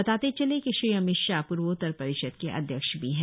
बताते चले कि श्री अमित शाह पूर्वोत्तर परिषद के अध्यक्ष भी है